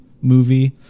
movie